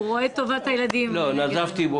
נזפתי בו